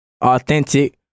authentic